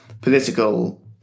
political